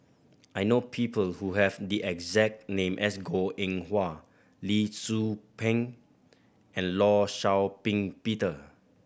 I know people who have the exact name as Goh Eng Wah Lee Tzu Pheng and Law Shau Ping Peter